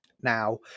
now